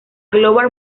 global